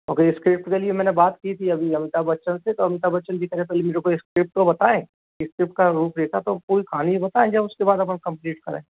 okay ये script के लिए मैंने बात की थी अभी अमिताभ बच्चन से तो अमिताभ बच्चन जी कह रहे पहले मेरे को इस्क्रिप्ट तो बताऍं इस्क्रिप्ट का रूप रेखा तो कोई कहानी बताएं जब उसके बाद अपन कम्प्लीट कराएं